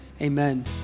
Amen